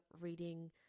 reading